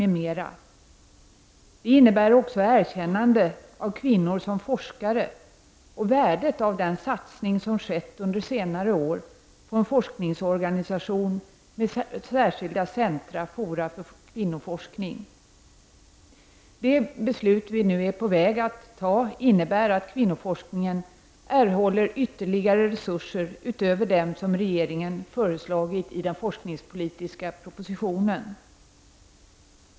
Det innebär också ett erkännande av kvinnor som forskare och värdet av den satsning som skett under senare år på en forskningsorganisation med särskilda centra och fora för kvinnoforskning. Det beslut vi nu är på väg att fatta innebär att kvinnoforskningen erhåller ytterligare resurser utöver dem som regeringen föreslagit i den forskningspolitiska propositionen.